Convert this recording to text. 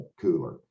cooler